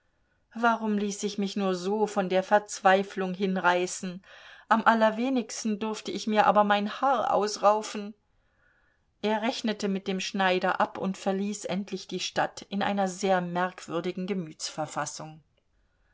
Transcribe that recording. warum ließ ich mich nur so von der verzweiflung hinreißen am allerwenigsten durfte ich mir aber mein haar ausraufen er rechnete mit dem schneider ab und verließ endlich die stadt in einer sehr merkwürdigen